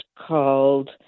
called